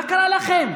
מה קרה לכם?